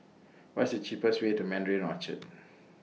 What's The cheapest Way to Mandarin Orchard